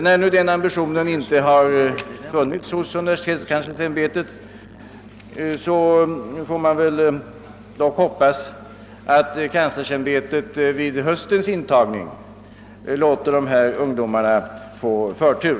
När nu denna ambition inte har funnits hos universitetskanslersämbetet, får man väl i alla fall hoppas, att kanslersämbetet vid höstens intagning låter dessa ungdomar få förtur.